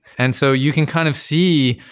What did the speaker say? and so you can kind of see,